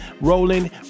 rolling